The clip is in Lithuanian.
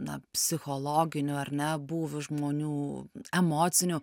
na psichologinių ar ne būviu žmonių emociniu